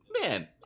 man